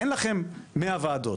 אין לכם מאה וועדות,